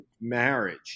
marriage